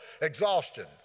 exhaustion